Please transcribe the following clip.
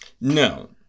no